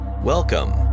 Welcome